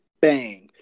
bang